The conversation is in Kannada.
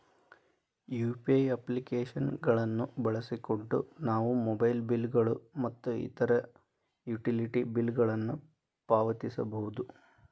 ಯು.ಪಿ.ಐ ಅಪ್ಲಿಕೇಶನ್ ಗಳನ್ನು ಬಳಸಿಕೊಂಡು ನಾವು ಮೊಬೈಲ್ ಬಿಲ್ ಗಳು ಮತ್ತು ಇತರ ಯುಟಿಲಿಟಿ ಬಿಲ್ ಗಳನ್ನು ಪಾವತಿಸಬಹುದು